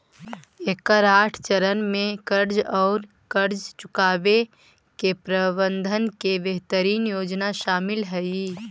एकर आठ चरण में कर्ज औउर कर्ज चुकावे के प्रबंधन के बेहतरीन योजना शामिल हई